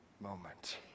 moment